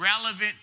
relevant